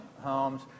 homes